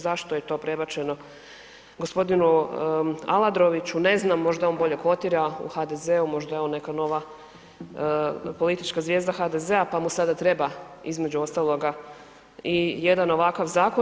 Zašto je to prebačeno g. Aladroviću, ne znam, možda on bolje kotira u HDZ-u, možda je on neka nova politička zvijezda HDZ-a, pa mu sada treba između ostaloga i jedan ovakav zakon.